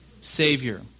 Savior